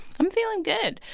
i'm feeling good.